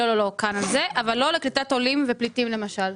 לא, כאן על זה, אבל לא לקליטת עולים ופליטים למשל.